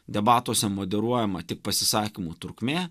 debatuose moderuojama tik pasisakymų trukmė